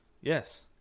yes